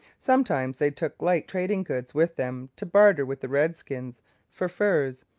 sometimes they took light trading goods with them to barter with the redskins for furs,